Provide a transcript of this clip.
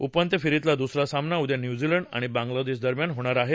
उपान्त्य फेरीतला दुसरा सामना उद्या न्यूझीलंड आणि बांगलादेशदरम्यान होणार आहे